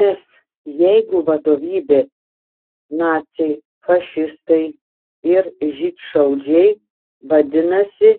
nes jeigu vadovybė naciai fašistai ir žydšaudžiai vadinasi